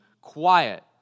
quiet